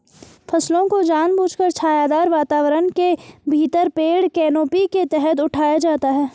फसलों को जानबूझकर छायादार वातावरण के भीतर पेड़ कैनोपी के तहत उठाया जाता है